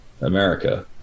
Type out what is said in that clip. america